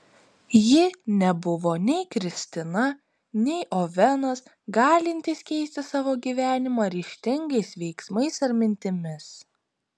ji nebuvo nei kristina nei ovenas galintys keisti savo gyvenimą ryžtingais veiksmais ar mintimis